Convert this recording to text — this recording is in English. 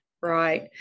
Right